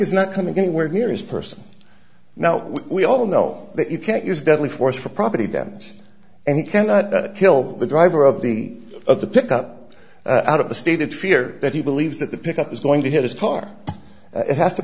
is not coming anywhere near his person now we all know that you can't use deadly force for property damage and you cannot kill the driver of the of the pickup out of the stated fear that he believes that the pickup is going to hit his car it has to